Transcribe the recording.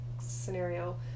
scenario